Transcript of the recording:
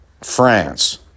France